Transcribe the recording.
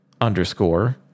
underscore